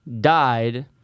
died